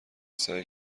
سعی